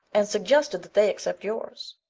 and suggested that they accept yours.